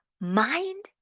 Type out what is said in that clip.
Mind